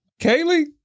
Kaylee